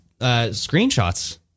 screenshots